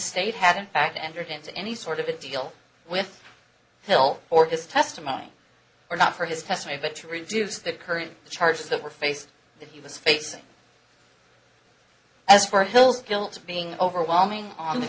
state had in fact entered into any sort of a deal with hill or his testimony or not for his testimony but to reduce the current charges that were faced that he was facing as for hill's guilt of being overwhelming on t